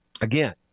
Again